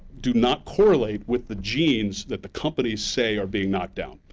do not correlate with the genes that the companies say are being knocked out.